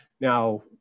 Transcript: Now